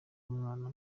umwana